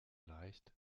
leicht